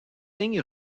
ligne